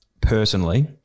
personally